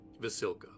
vasilka